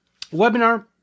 webinar